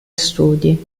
studi